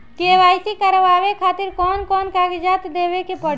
KYC करवावे खातिर कौन कौन कागजात देवे के पड़ी?